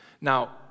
Now